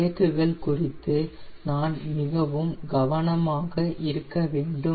பிரேக்குகள் குறித்து நாம் மிகவும் கவனமாக இருக்க வேண்டும்